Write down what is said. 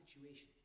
situation